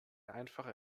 einfache